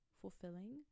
fulfilling